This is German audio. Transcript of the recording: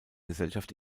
gesellschaft